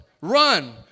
run